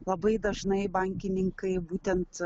labai dažnai bankininkai būtent